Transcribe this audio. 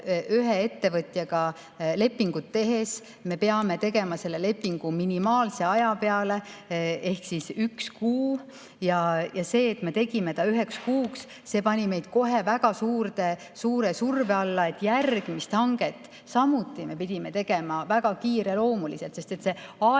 ühe ettevõtjaga lepingut tehes me peame tegema selle lepingu minimaalse aja peale ehk siis üheks kuuks. Ja see, et me tegime selle üheks kuuks, pani meid kohe väga suure surve alla. Järgmist hanget me pidime samuti tegema väga kiireloomuliselt, sest see aeg,